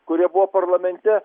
kurie buvo parlamente